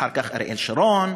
אחר כך אריאל שרון,